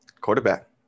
quarterback